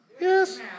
Yes